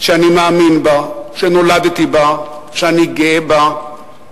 שאני מאמין בה, שנולדתי בה, שאני גאה בה,